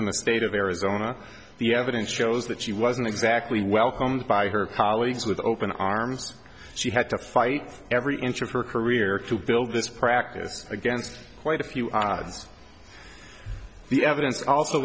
in the state of arizona the evidence shows that she wasn't exactly welcomed by her colleagues with open arms she had to fight every inch of her career to build this practice against quite a few odds the evidence also